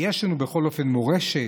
ויש לנו בכל אופן מורשת,